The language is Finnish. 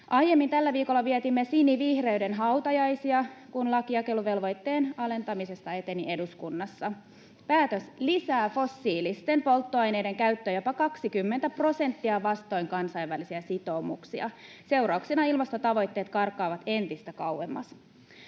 Aiemmin tällä viikolla vietimme sinivihreyden hautajaisia, kun laki jakeluvelvoitteen alentamisesta eteni eduskunnassa. Päätös lisää fossiilisten polttoaineiden käyttöä jopa 20 prosenttia vastoin kansainvälisiä sitoumuksia. Seurauksena ilmastotavoitteet karkaavat entistä kauemmas.